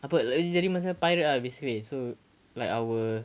apa lalu jadi macam pirate ah basically so like our